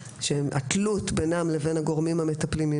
שהתלות בינם לבין הגורמים המטפלים היא